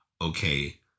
okay